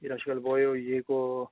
ir aš galvojau jeigu